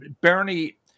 Bernie